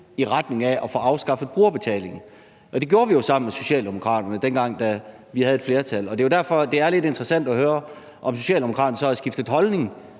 i retning af at få afskaffet brugerbetalingen – og det gjorde vi jo sammen med Socialdemokraterne, dengang vi havde et flertal. Det er derfor, det er lidt interessant at høre, om Socialdemokraterne så har skiftet holdning